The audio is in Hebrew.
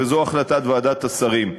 וזו החלטת ועדת השרים,